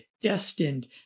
destined